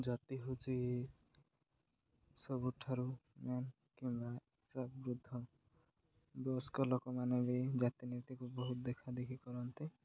ଜାତି ହେଉଛି ସବୁଠାରୁ ମ୍ୟାନ୍ କିମ୍ବା ସ ବୃଦ୍ଧ ବୟସ୍କ ଲୋକମାନେ ବି ଜାତି ନୀତିକୁ ବହୁତ ଦେଖାଦେଖି କରନ୍ତି